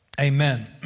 amen